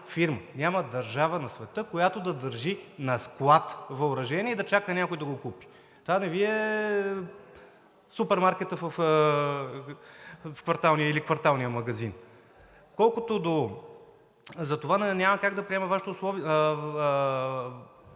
няма държава на света, която да държи на склад въоръжение и да чака някой да го купи. Това не Ви е супермаркетът в квартала или кварталният магазин. Затова няма как да приема Вашия опит